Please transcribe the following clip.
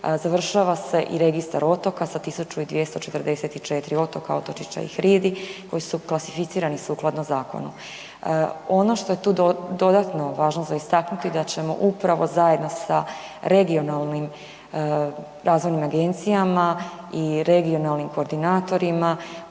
završava se i registar otoka sa 1244 otoka, otočića i hridi koji su klasificirani sukladno zakonu. Ono što je tu dodatno važno za istaknuti da ćemo upravo zajedno sa regionalnim razvojnim agencijama i regionalnim koordinatorima